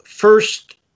First